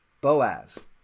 Boaz